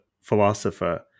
philosopher